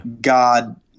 God